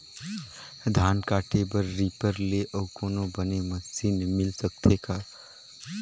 धान काटे बर रीपर ले अउ कोनो बने मशीन मिल सकथे का?